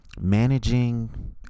Managing